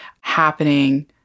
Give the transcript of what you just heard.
happening